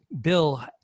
bill